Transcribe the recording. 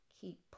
Keep